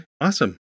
awesome